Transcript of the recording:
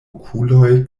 okuloj